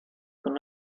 con